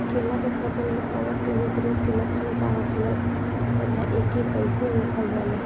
केला के फसल में कवक जनित रोग के लक्षण का होखेला तथा एके कइसे रोकल जाला?